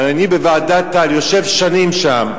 הלוא אני בוועדת-טל, יושב שנים שם,